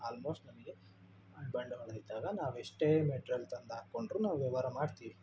almost ನಮಗೆ ಬಂಡವಾಳ ಇದ್ದಾಗ ನಾವೆಷ್ಟೇ ಮೆಟ್ರೀಯಲ್ ತಂದು ಹಾಕೊಂಡ್ರು ನಾವು ವ್ಯವಹಾರ ಮಾಡ್ತೀವಿ